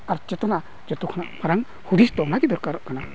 ᱟᱨ ᱪᱮᱛᱱᱟ ᱡᱚᱛᱚ ᱠᱷᱚᱱᱟᱜ ᱢᱟᱨᱟᱝ ᱦᱩᱫᱤᱥ ᱫᱚ ᱚᱱᱟᱜᱮ ᱫᱚᱨᱠᱟᱨᱚᱜ ᱠᱟᱱᱟ